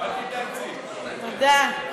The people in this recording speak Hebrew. תודה.